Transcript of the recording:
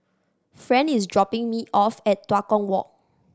friend is dropping me off at Tua Kong Walk